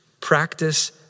Practice